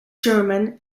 german